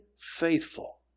faithful